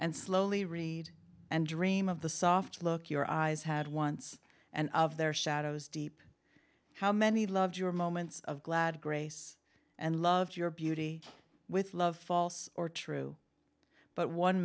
and slowly read and dream of the soft look your eyes had once and of their shadows deep how many loved your moments of glad grace and loved your beauty with love false or true but one